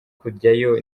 kujyayo